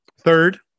third